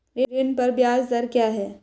ऋण पर ब्याज दर क्या है?